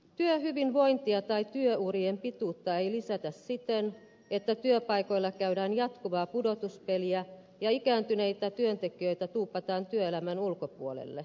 työhyvinvointia tai työurien pituutta ei lisätä siten että työpaikoilla käydään jatkuvaa pudotuspeliä ja ikääntyneitä työntekijöitä tuupataan työelämän ulkopuolelle